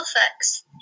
effects